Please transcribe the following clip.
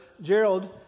Gerald